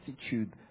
attitude